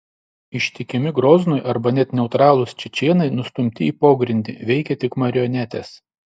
ištikimi groznui arba net neutralūs čečėnai nustumti į pogrindį veikia tik marionetės